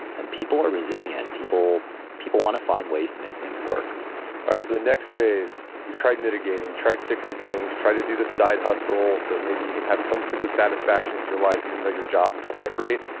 and people are resilient people. people want to find ways to make things work all right, the next phase, you've tried mitigating, tried fixing things, tried to do the side hustle, so maybe you can have some sense of satisfaction with your life even though your job's not that great.